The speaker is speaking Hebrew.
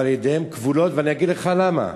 אבל ידיהם כבולות, ואני אגיד לך למה.